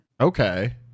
Okay